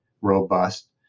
robust